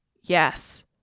Yes